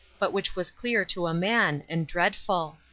but which was clear to a man and dreadful.